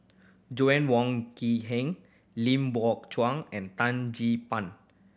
Joann Wong Quee Heng Lim Chuan and Tan Gee Pan